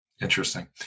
Interesting